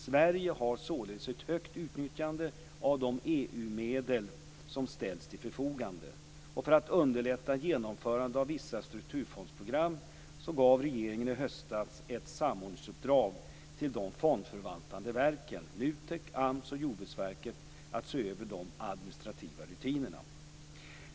Sverige har således ett högt utnyttjande av de EU-medel som ställts till förfogande. För att underlätta genomförandet av vissa strukturfondsprogram gav regeringen i höstas ett samordningsuppdrag till de fondförvaltande verken NUTEK, AMS och Jordbruksverket att se över de administrativa rutinerna.